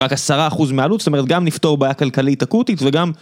רק עשרה אחוז מעלות, זאת אומרת, גם נפתור בעיה כלכלית אקוטית וגם...